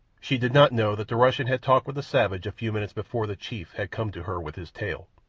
she did not know that the russian had talked with the savage a few minutes before the chief had come to her with his tale.